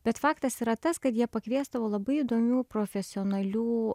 bet faktas yra tas kad jie pakviesdavo labai įdomių profesionalių